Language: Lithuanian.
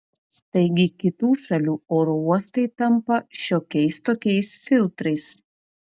taigi kitų šalių oro uostai tampa šiokiais tokiais filtrais